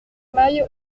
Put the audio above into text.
maille